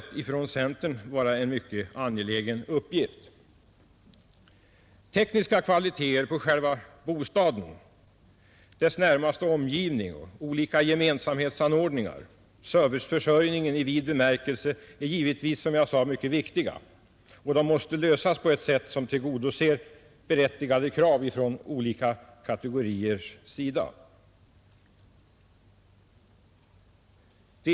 Tekniska kvaliteter på själva bostaden, dess närmaste omgivning, olika gemensamhetsanordningar, serviceförsörjningen i vid bemärkelse är givetvis, som jag sade, mycket viktiga, och dessa frågor måste lösas på ett sätt som tillgodoser berättigade krav från olika kategoriers sida.